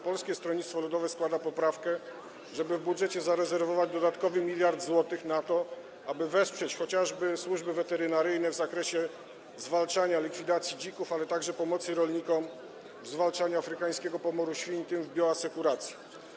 Polskie Stronnictwo Ludowe składa poprawkę, żeby w budżecie zarezerwować dodatkowy 1 mld zł na to, aby wesprzeć chociażby służby weterynaryjne w zakresie likwidacji dzików, ale także na pomoc rolnikom w zwalczaniu afrykańskiego pomoru świń, w tym w bioasekuracji.